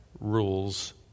rules